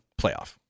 playoff